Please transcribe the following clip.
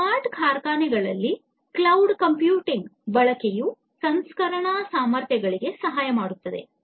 smart ಕಾರ್ಖಾನೆಯಲ್ಲಿ cloud computing ಬಳಕೆಯು ಸಂಸ್ಕರಣಾ ಸಾಮರ್ಥ್ಯಗಳಿಗೆ ಸಹಾಯ ಮಾಡುತ್ತದೆ